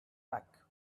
back